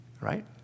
Right